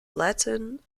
latin